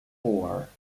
four